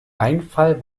einfall